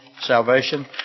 salvation